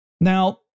Now